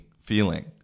feeling